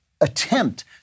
attempt